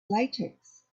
latex